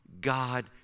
God